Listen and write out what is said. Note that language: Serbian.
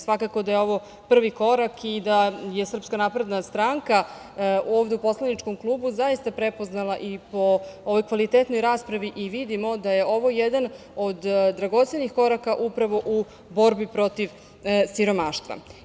Svakako da je ovo prvi korak i da je SNS ovde u poslaničkog klubu zaista prepoznala i po ovoj kvalitetnoj raspravi i vidimo da je ovo jedan od dragocenih koraka upravo u borbi protiv siromaštva.